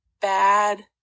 bad